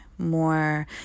More